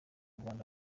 rwanda